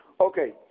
Okay